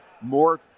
more